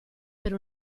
per